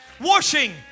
Washing